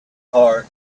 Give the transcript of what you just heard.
heart